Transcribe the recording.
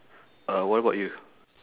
uh what about you